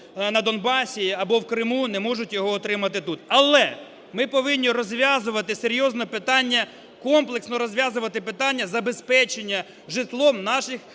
на Донбасі або в Криму, не можуть його отримати тут. Але ми повинні розв'язувати серйозне питання, комплексно розв'язувати питання забезпечення житлом наших